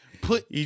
put